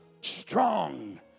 strong